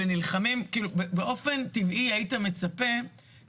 אני זוכר שלפני 20-15 שנים זה היה פחות מ-50 אחוזים,